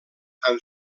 han